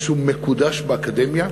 שהוא מקודש באקדמיה,